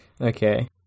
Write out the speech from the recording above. okay